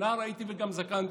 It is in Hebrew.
נער הייתי וגם זקנתי,